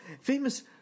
famous